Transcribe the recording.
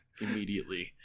immediately